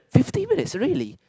fifty minutes really